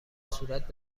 صورت